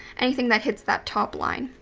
anything that hits that top line.